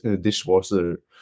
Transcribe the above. dishwasher